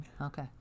okay